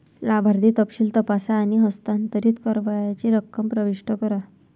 लाभार्थी तपशील तपासा आणि हस्तांतरित करावयाची रक्कम प्रविष्ट करा